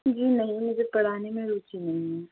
जी नहीं मुझे पढ़ाने में रुचि नहीं है